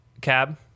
cab